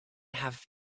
have